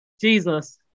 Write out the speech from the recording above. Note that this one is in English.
Jesus